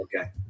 Okay